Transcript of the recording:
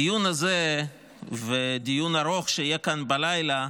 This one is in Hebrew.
הדיון הזה ודיון ארוך שיהיה כאן בלילה,